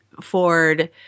Ford